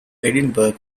edinburgh